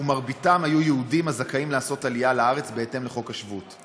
ומרביתם היו יהודים הזכאים לעשות עלייה לארץ בהתאם לחוק השבות.